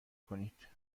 کنید